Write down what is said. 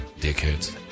Dickheads